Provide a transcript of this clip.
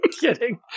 Kidding